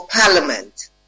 Parliament